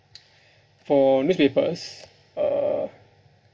for newspapers uh